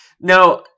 Now